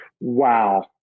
Wow